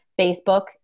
Facebook